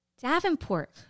Davenport